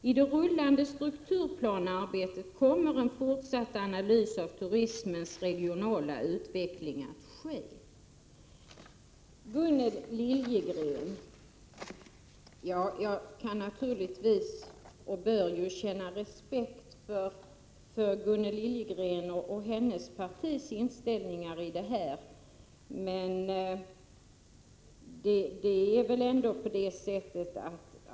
I det rullande strukturplanearbetet kommer det att ske en fortsatt analys av turismens regionala utveckling. Till Gunnel Liljegren vill jag säga att jag naturligtvis kan och bör känna respekt för henne och hennes partis inställning i fråga om detta.